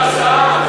סער,